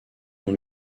non